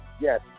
Yes